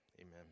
Amen